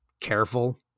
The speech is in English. careful